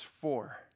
four